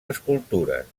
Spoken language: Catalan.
escultures